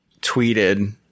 tweeted